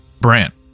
Brant